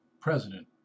president